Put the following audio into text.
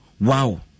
wow